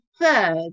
third